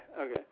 okay